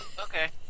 Okay